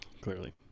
Clearly